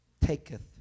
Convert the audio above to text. Taketh